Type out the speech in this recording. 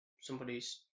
somebody's